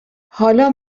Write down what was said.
حالا